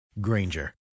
Granger